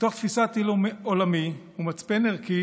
מתוך תפיסת עולמי ומצפן ערכי